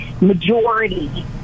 majority